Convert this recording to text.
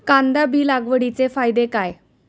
कांदा बी लागवडीचे फायदे काय?